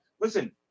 listen